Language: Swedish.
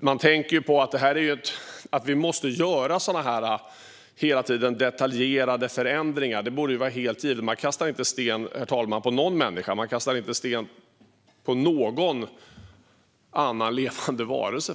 Man tänker på att vi hela tiden måste göra sådana här detaljerade förändringar. Men det borde vara givet, herr talman, att man inte kastar sten på någon människa. Man kastar faktiskt inte sten på någon annan levande varelse.